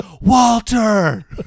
Walter